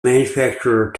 manufacturer